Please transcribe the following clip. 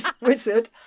wizard